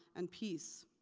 and peace.